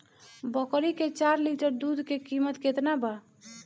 बकरी के चार लीटर दुध के किमत केतना बा?